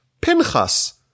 Pinchas